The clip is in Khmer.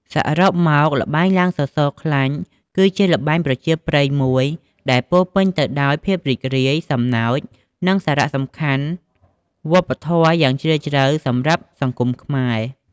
សរុបមក ល្បែងឡើងសសរខ្លាញ់ គឺជាល្បែងប្រជាប្រិយមួយដែលពោរពេញទៅដោយភាពរីករាយ សំណើច និងសារៈសំខាន់វប្បធម៌យ៉ាងជ្រាលជ្រៅសម្រាប់សង្គមខ្មែរ។